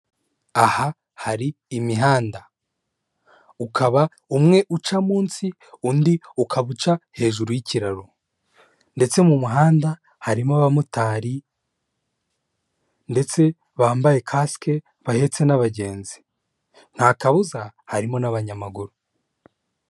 Aha hari imihanda ukaba umwe uca munsi undi ukaba uca hejuru y'ikiraro ndetse mu muhanda harimo abamotari ndetse bambaye kasike bahetse n'abagenzi, nta kabuza harimo n'abanyamaguru.